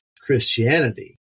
Christianity